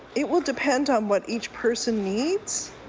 it will depend on what each person needs.